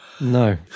No